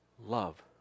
Love